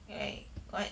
like what